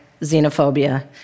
xenophobia